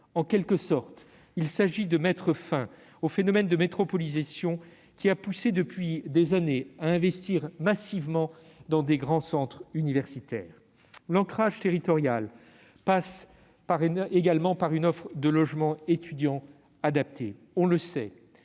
En quelque sorte, il s'agit de mettre fin au phénomène de métropolisation qui a poussé depuis des années à investir massivement dans de grands centres universitaires. L'ancrage territorial passe également par une offre de logements étudiants adaptée. On le sait,